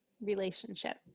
relationship